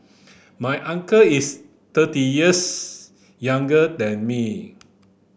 my uncle is thirty years younger than me